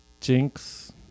jinx